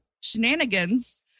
shenanigans